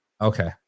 Okay